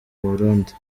burundi